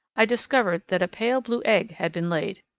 i discovered that a pale-blue egg had been laid.